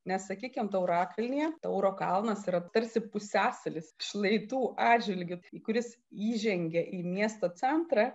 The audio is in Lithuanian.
nes sakykim taurakalnyje tauro kalnas yra tarsi pusiasalis šlaitų atžvilgiu kuris įžengia į miesto centrą